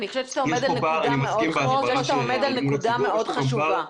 אני חושבת שאתה עומד על נקודה מאוד חשובה.